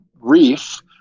reef